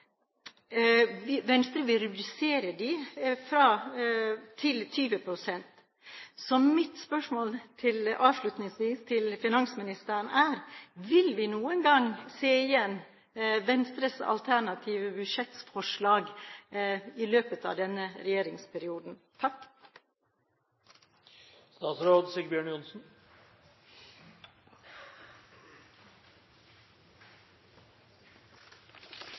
Venstre vil redusere kravene til 20 pst. Så mitt spørsmål til finansministeren er: Vil vi noen gang se igjen Venstres alternative budsjettforslag i løpet av denne regjeringsperioden?